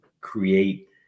create